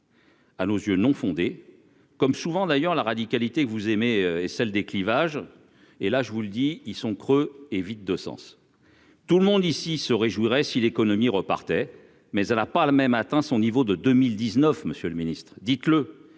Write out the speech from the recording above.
à nos yeux, non fondée, comme souvent d'ailleurs la radicalité que vous aimez et celle des clivages et là, je vous le dis, ils sont creux et vide de sens, tout le monde ici se réjouirait si l'économie repartait mais elle a pas le même atteint son niveau de 2019, monsieur le Ministre, dites-le